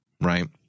right